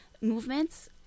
movements